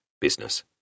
business